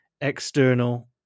external